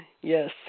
yes